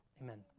Amen